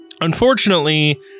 unfortunately